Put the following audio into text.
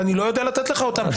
ואני לא יודע איך לתת לך אותם.